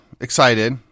excited